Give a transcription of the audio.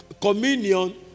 communion